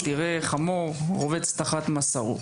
כשתראה חמור רובץ תחת משאו,